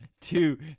two